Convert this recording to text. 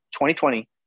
2020 –